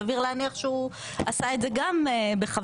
סביר להניח שהוא עשה את זה גם בכוונה.